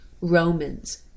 Romans